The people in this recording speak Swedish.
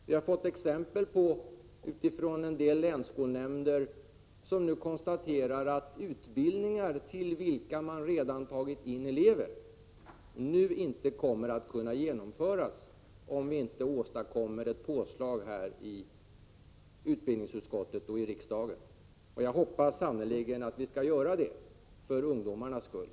Vi har fått besked från en del länsskolnämnder, som konstaterar att utbildningar till vilka de redan tagit in elever inte kommer att kunna genomföras om man inte åstadkommer ett påslag i utbildningsutskottet och i riksdagen. Jag hoppas sannerligen att vi skall göra det — för ungdomarnas skull.